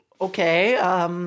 Okay